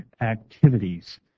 activities